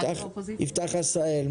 יפתח עשהאל,